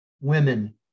women